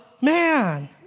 man